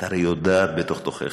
את הרי יודעת בתוך-תוכך,